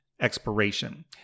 expiration